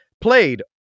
Played